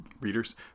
readers